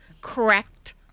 correct